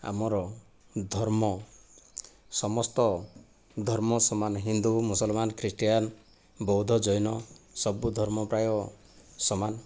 ଆମର ଧର୍ମ ସମସ୍ତ ଧର୍ମ ସମାନ ହିନ୍ଦୁ ମୁସଲମାନ ଖ୍ରୀଷ୍ଟିୟାନ ବୌଦ୍ଧ ଜୈନ ସବୁ ଧର୍ମ ପ୍ରାୟ ସମାନ